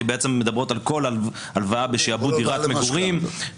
הן מדברות על כל הלוואה בשעבוד דירת מגורים,